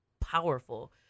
powerful